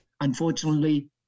unfortunately